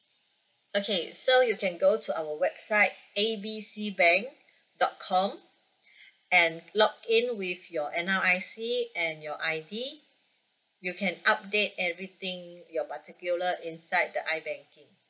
okay so you can go to our website A B C bank dot com and login with your N_R_I_C and your I_D you can update everything your particular inside the I banking